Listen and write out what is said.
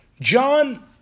John